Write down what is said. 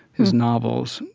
his novels,